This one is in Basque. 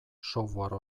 software